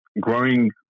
growing